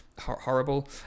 horrible